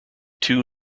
two